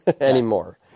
anymore